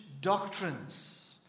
doctrines